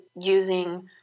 using